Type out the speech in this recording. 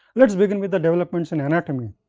let us begin with the developments in anatomy,